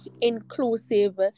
inclusive